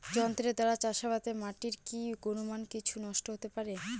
যন্ত্রের দ্বারা চাষাবাদে মাটির কি গুণমান কিছু নষ্ট হতে পারে?